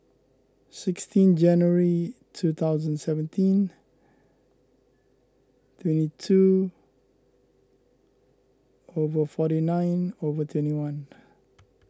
sixteen January two thousand and seventeen twenty two over forty nine over twenty one